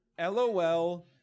LOL